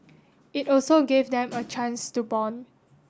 it also gave them a chance to bond